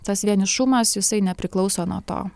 tas vienišumas jisai nepriklauso nuo to